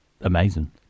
amazing